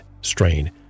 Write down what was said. strain